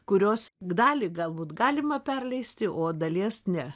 kurios dalį galbūt galima perleisti o dalies ne